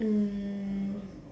mm